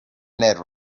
ned